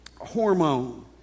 hormone